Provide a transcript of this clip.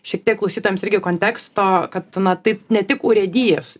šiek tiek klausytojams irgi konteksto kad na taip ne tik urėdijos